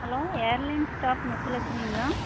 hello airline staff முத்துலக்ஷ்மிங்களா